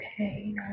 Okay